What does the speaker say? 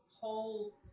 whole